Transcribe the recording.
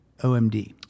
OMD